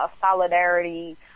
solidarity